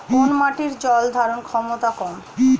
কোন মাটির জল ধারণ ক্ষমতা কম?